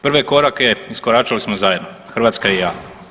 Prve korake iskoračile smo zajedno, Hrvatska i ja.